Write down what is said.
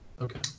okay